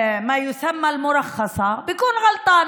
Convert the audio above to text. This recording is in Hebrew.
לנסות להבין את החוק הזה בצורה מדויקת.